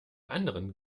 anderen